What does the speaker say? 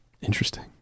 Interesting